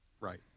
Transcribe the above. Right